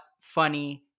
funny